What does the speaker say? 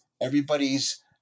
Everybody's